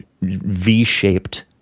V-shaped